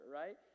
right